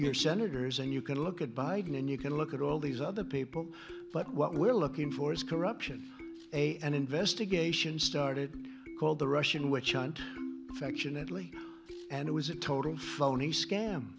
your senators and you can look at biden and you can look at all these other people but what we're looking for is corruption and investigation started called the russian witch hunt affectionately and it was a total phony scam